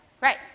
right